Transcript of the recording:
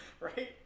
right